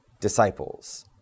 disciples